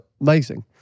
amazing